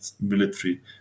military